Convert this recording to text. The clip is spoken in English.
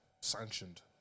sanctioned